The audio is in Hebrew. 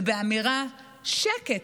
ובאמירה: שקט,